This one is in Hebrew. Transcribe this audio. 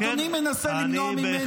אדוני מנסה למנוע ממני --- כן,